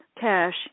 cash